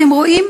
אתם רואים?